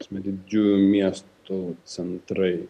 prasme didžiųjų miestų centrai